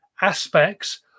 aspects